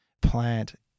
plant